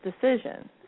decision